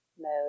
mode